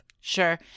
Sure